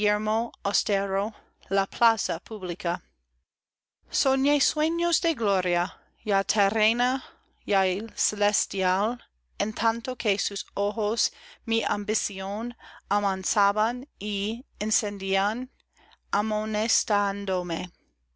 la plaza pública soñé sueños de gloria ya terrena ya celestial en tanto que sus ojos mi ambición amansaban y encendían amonestándome aquí